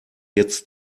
jetzt